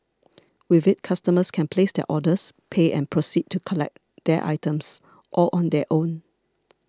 with it customers can place their orders pay and proceed to collect their items all on their own